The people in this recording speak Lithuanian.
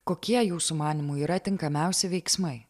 kokie jūsų manymu yra tinkamiausi veiksmai